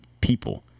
people